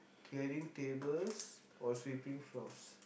clearing tables or sweeping floors